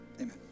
Amen